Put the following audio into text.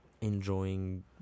enjoying